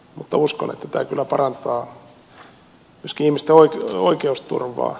mutta uskon että tämä kyllä parantaa myöskin ihmisten oikeusturvaa